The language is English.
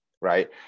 right